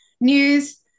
news